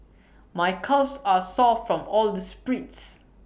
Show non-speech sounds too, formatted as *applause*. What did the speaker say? *noise* my calves are sore from all the sprints